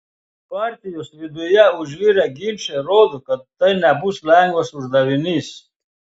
partijos viduje užvirę ginčai rodo kad tai nebus lengvas uždavinys